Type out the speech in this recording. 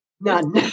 None